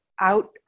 out